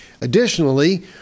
Additionally